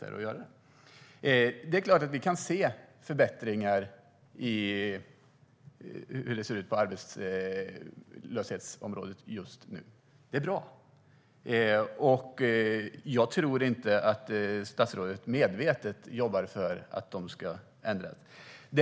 Visst kan vi se förbättringar på arbetslöshetsområdet, vilket är bra. Jag tror inte att statsrådet medvetet jobbar för att det ska ändras.